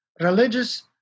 Religious